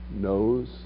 knows